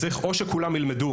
לכן במידה ולומדים